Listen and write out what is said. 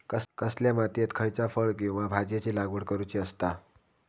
कसल्या मातीयेत खयच्या फळ किंवा भाजीयेंची लागवड करुची असता?